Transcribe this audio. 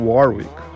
Warwick